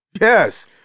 Yes